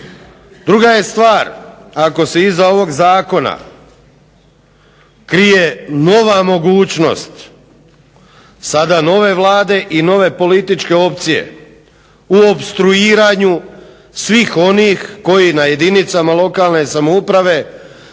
Druga je stvar ako se iza ovog zakona krije nova mogućnost sada nove Vlade i nove političke opcije u opstruiranju svih onih koji na jedinicama lokalne samouprave